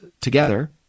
together